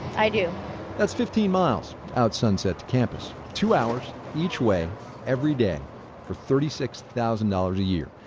i do that's fifteen miles out sunset to campus. two hours each way every day for thirty six thousand dollars a year.